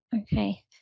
Okay